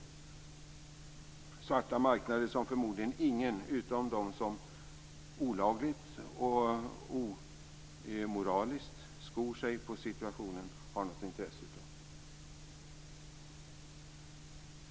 Det är svarta marknader som förmodligen inga utom de som olagligt och omoraliskt skor sig på situationen har något intresse av.